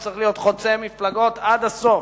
הוא צריך להיות חוצה מפלגות עד הסוף,